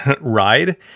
ride